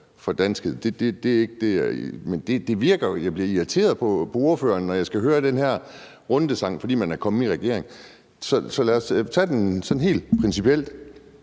for danskhed, men jeg bliver irriteret på ordføreren, når jeg skal høre den her rundesang, fordi man er kommet i regering. Så lad os tage den helt principielt: